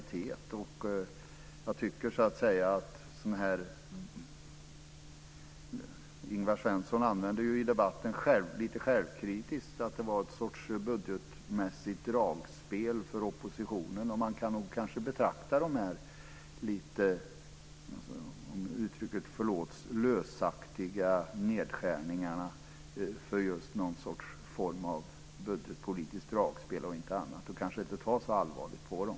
Det är en realitet. Ingvar Svensson sade lite självkritiskt i debatten att det var en sorts budgetmässigt dragspel för oppositionen. Och man kan nog betrakta dessa lite lösaktiga nedskärningar, om uttrycket förlåts, som just någon form av budgetpolitiskt dragspel och kanske inte ta så allvarligt på dem.